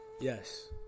Yes